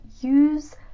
use